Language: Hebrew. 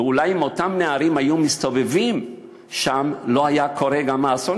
ואולי אם אותם נערים היו מסתובבים שם לא היה קורה גם האסון,